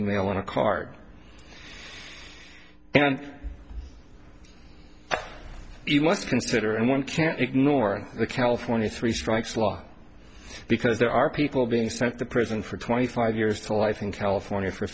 to cart and you must consider and one can't ignore the california three strikes law because there are people being sent to prison for twenty five years to life in california for